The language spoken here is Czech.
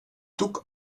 tuk